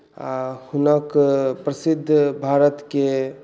आ हुनक प्रसिद्ध भारतके